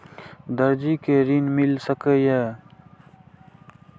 दर्जी कै ऋण मिल सके ये?